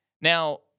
Now